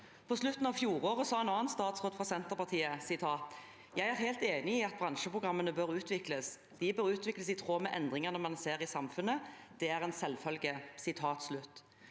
På slutten av fjoråret sa en annen statsråd fra Senterpartiet: «Jeg er helt enig i at bransjeprogrammene bør utvikles. De bør utvikles i tråd med endringene man ser i samfunnet. Det er en selvfølge.»